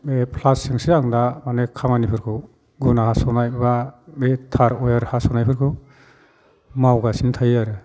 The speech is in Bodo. प्लास जोंसो आं दा माने खामानिफोरखौ गुना हास'नाय बा बे थार वाइर हास'नायफोरखौ मावगासिनो थायो आरो